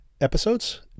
episodes